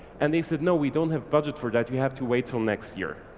and they said, no we don't have budget for that. you have to wait till next year.